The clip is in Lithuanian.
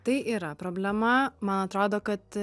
tai yra problema man atrodo kad